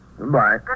Goodbye